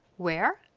where?